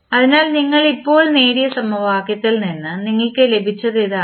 അതിനാൽ ഞങ്ങൾ ഇപ്പോൾ നേടിയ സമവാക്യത്തിൽ നിന്ന് നിങ്ങൾക്ക് ലഭിച്ചത് ഇതാണ്